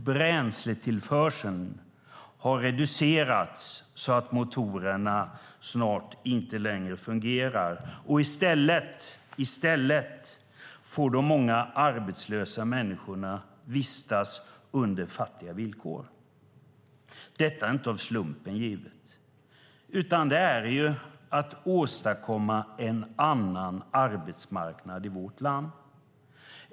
Bränsletillförseln har reducerats så att motorerna snart inte längre fungerar. I stället får de många arbetslösa människorna vistas under fattiga villkor. Detta är inte av slumpen givet. Detta är att åstadkomma en annan arbetsmarknad i vårt land.